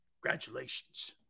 Congratulations